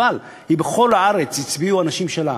אבל בכל הארץ הצביעו אנשים שלה